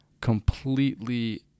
completely